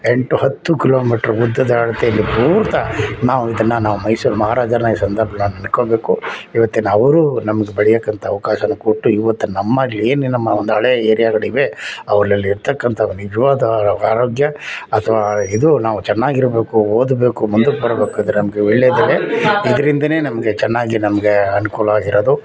ಎಂಟು ಹತ್ತು ಕಿಲೋಮೀಟ್ರ್ ಉದ್ದದ ಅಳತೆಯಲ್ಲಿ ಪೂರ್ತಿ ನಾವು ಇದನ್ನು ನಾವು ಮೈಸೂರು ಮಹಾರಾಜನ ಈ ಸಂದರ್ಭದಲ್ಲಿ ನಾನು ನೆನ್ಕೊಬೇಕು ಇವತ್ತಿನ ಅವರು ನಮ್ಗೆ ಬೆಳಿತಕ್ಕಂತ ಅವಕಾಶನ ಕೊಟ್ಟು ಇವತ್ತು ನಮ್ಮಲ್ಲಿ ಏನೇ ನಮ್ಮ ಒಂದು ಹಳೇ ಏರ್ಯಾಗಳಿವೆ ಅವಲ್ಲಿ ಇರ್ತಕ್ಕಂಥ ನಿಜವಾದ ಆರೋಗ್ಯ ಅಥ್ವ ಇದು ನಾವು ಚೆನ್ನಾಗಿ ಇರ್ಬೇಕು ಓದಬೇಕು ಮುಂದಕ್ಕೆ ಬರ್ಬೇಕು ಅಂದರೆ ನಮಗೆ ವೀಳ್ಯದೆಲೆ ಇದ್ರಿಂದಲೇ ನಮಗೆ ಚೆನ್ನಾಗಿ ನಮಗೆ ಅನುಕೂಲವಾಗಿರೋದು